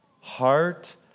heart